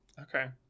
okay